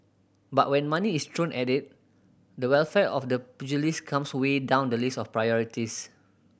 but when money is thrown at it the welfare of the pugilist comes way down the list of priorities